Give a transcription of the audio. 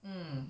mm